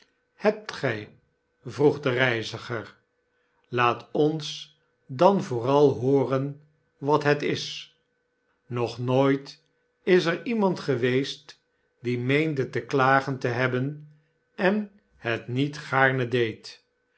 hebt gij vroeg de reiziger laat ons dan vooral hooren wat het is nog nooit is er iemand geweest die meende te klagen te hebben en het niet gaarne deed